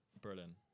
Berlin